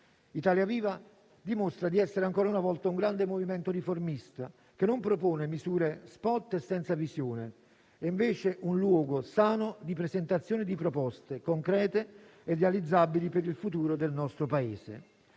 Italia Viva dimostra di essere ancora una volta un grande movimento riformista, che non propone misure *spot* e senza visione; è invece un luogo sano di presentazione di proposte concrete e realizzabili per il futuro del nostro Paese.